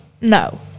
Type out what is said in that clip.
no